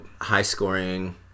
high-scoring